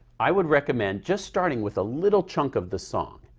i would recommend just starting with a little chunk of the song.